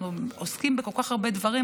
אנחנו עוסקים בכל כך הרבה דברים,